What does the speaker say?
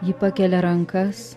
ji pakelia rankas